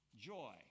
joy